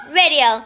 radio